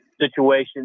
situation